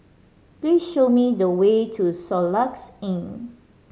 please show me the way to Soluxe Inn